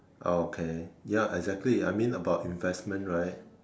ah okay ya exactly I mean about investment right